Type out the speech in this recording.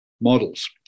models